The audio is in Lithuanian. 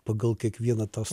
pagal kiekvieną tas